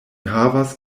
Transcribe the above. havas